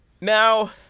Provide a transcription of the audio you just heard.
Now